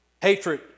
hatred